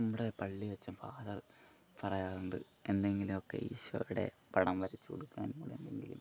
നമ്മുടെ പള്ളീലച്ചൻ ഫാദർ പറയാറുണ്ട് എന്നെങ്കിലും ഒക്കെ ഈശൊയുടെ പടം വരച്ചുകൊടുക്കാൻ എന്നെങ്കിലും